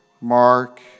Mark